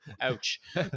Ouch